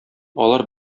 алар